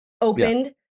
opened